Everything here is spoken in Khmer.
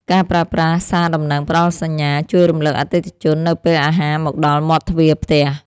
ការប្រើប្រាស់សារដំណឹងផ្ដល់សញ្ញា ជួយរំលឹកអតិថិជននៅពេលអាហារមកដល់មាត់ទ្វារផ្ទះ។